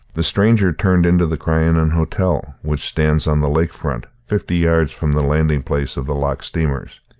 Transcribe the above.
the stranger turned into the crianan hotel, which stands on the lake front, fifty yards from the landing-place of the loch steamers.